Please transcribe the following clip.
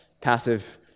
passive